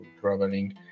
traveling